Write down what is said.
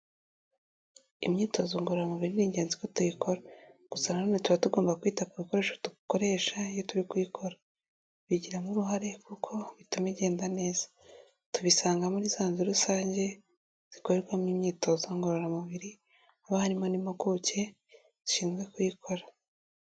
Imyitozo ngororamubiri ni ingenzi ko tuyikora, gusa nanone tuba tugomba kwita ku bikoresho dukoresha iyo turi kuyikora, bigiramo uruhare kuko bituma igenda neza tubisanga muri zazu rusange zikoremo imyitozo ngororamubiri, haba harimo n'impuguke zishinzwe kuyikora.